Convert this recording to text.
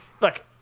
Look